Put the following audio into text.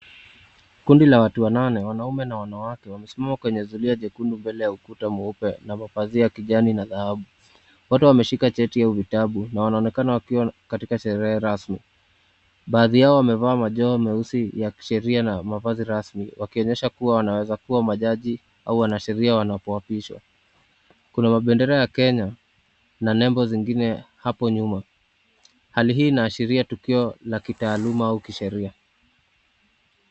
Kundi la watu wanane, wanaume na wanawake wamesimama kwenye zulia jekundu mbele ya ukuta mweupe na mavazi ya kijani na dhahabu. Wote wameshika cheti au vitabu na wanaonekana wakiwa katika sherehe rasmi. Baadhi yao wamevaa majawa meusi ya kisheria na mavazi rasmi, wakionyesha kuwa wanaweza kuwa majaji au wanasheria wanapoapishwa. Kuna mabendera ya Kenya na nembo zingine hapo nyuma. Hali hii inaashiria tukio la kitaaluma au kisheria.